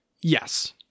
yes